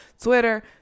Twitter